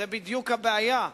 זאת בדיוק הבעיה: